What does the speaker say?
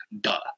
duh